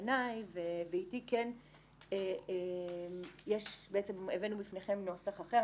קנאי ואיתי הבאנו לפניכם נוסח אחר.